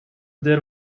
there